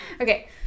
okay